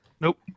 Nope